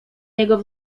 niego